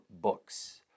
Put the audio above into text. books